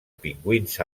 pingüins